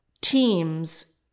teams